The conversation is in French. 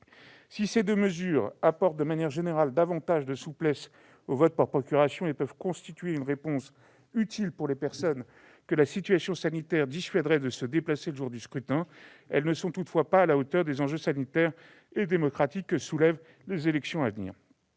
Si ces deux mesures apportent davantage de souplesse au vote par procuration et peuvent constituer une réponse utile pour les personnes que la situation sanitaire dissuaderait de se déplacer le jour du scrutin, elles ne sont toutefois pas à la hauteur des enjeux sanitaires et démocratiques que soulèvent les élections à venir.